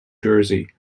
jersey